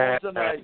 tonight